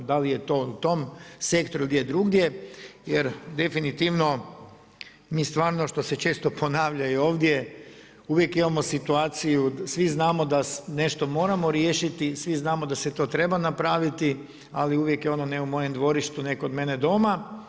Da li je to u tom sektoru, gdje drugdje jer definitivno mi stvarno što se često ponavlja i ovdje uvijek imamo situaciju, svi znamo da nešto moramo riješiti, svi znamo da se to treba napraviti ali uvijek je ono ne u mojem dvorištu, ne kod mene doma.